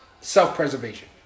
Self-preservation